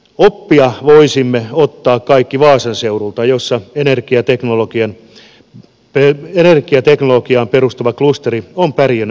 oppia voisimme ottaa kaikki vaasan seudulta jossa energiateknologiaan perustuva klusteri on pärjännyt erinomaisesti